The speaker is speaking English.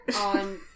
on